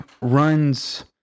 runs